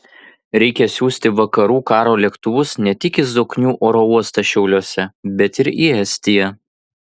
reikia siųsti vakarų karo lėktuvus ne tik į zoknių oro uostą šiauliuose bet ir į estiją